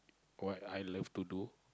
what I love to do